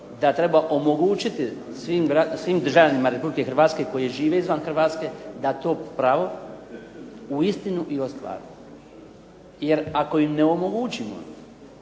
da treba omogućiti svim državljanima RH koji žive izvan Hrvatske da to pravo uistinu i ostvare. Jer ako im ne omogućimo,